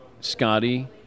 Scotty –